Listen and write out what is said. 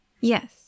Yes